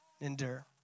endure